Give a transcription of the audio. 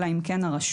אלא אם כן הרשות,